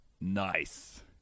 Nice